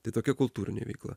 tai tokia kultūrinė veikla